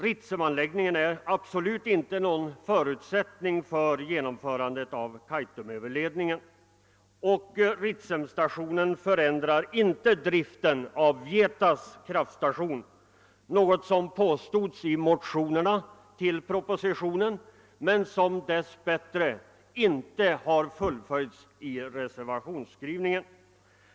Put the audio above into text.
Ritsemanläggningen är absolut inte någon förutsättning för genomförandet av Kaitumöverledningen, och Ritsemstatio nen förändrar inte driften av Vietas kraftstation — de påståenden härom som gjordes i motionerna har dess bättre inte fullföljts i reservationen.